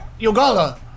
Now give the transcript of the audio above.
Yogala